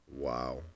Wow